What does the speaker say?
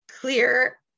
Clear